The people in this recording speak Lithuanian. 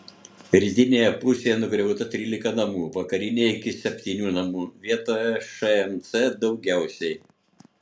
rytinėje pusėje nugriauta trylika namų vakarinėje iki septynių namų vietoje šmc daugiausiai